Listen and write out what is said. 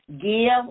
give